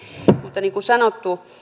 mutta niin kuin sanottu